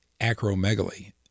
acromegaly